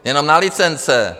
Jenom na licence!